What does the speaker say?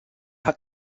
hat